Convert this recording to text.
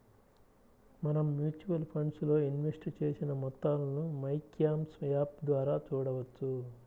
మనం mutual funds లో invest చేసిన మొత్తాలను మైక్యామ్స్ యాప్ ద్వారా చూడవచ్చు